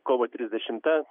kovo trisdešimta